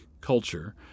culture